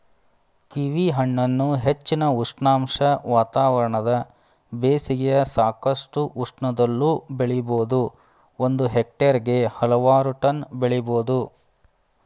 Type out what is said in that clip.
ಕೀವಿಹಣ್ಣನ್ನು ಹೆಚ್ಚಿನ ಉಷ್ಣಾಂಶ ವಾತಾವರಣದ ಬೇಸಿಗೆಯ ಸಾಕಷ್ಟು ಉಷ್ಣದಲ್ಲೂ ಬೆಳಿಬೋದು ಒಂದು ಹೆಕ್ಟೇರ್ಗೆ ಹಲವಾರು ಟನ್ ಬೆಳಿಬೋದು